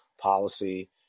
policy